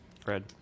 Fred